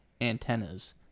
antennas